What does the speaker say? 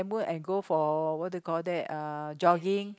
work and go for what do you call that uh jogging